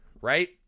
Right